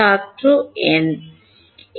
ছাত্র n